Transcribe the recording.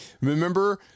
remember